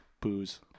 Booze